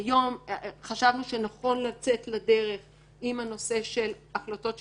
היום חשבנו שנכון לצאת לדרך עם הנושא של החלטות שיפוטיות.